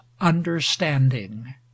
understanding